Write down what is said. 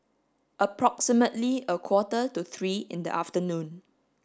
approximately a quarter to three in the afternoon